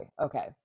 Okay